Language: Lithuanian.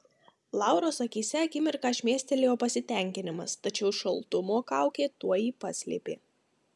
lauros akyse akimirką šmėstelėjo pasitenkinimas tačiau šaltumo kaukė tuoj jį paslėpė